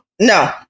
No